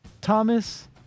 Thomas